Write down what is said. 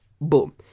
boom